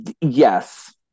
Yes